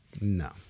No